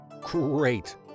great